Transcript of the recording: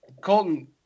Colton